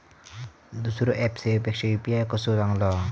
दुसरो ऍप सेवेपेक्षा यू.पी.आय कसो चांगलो हा?